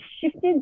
shifted